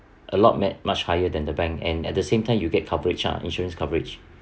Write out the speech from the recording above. a lot much higher than the bank and at the same time you get coverage ah insurance coverage